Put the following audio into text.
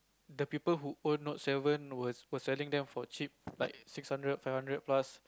the people who own the Note-seven was was selling them for trip like six hundred fix hundred plus